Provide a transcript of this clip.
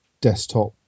desktop